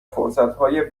فرصتهای